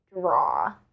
draw